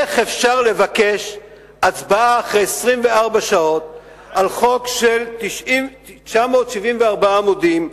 איך אפשר לבקש הצבעה אחרי 24 שעות על חוק של 974 עמודים,